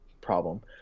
problem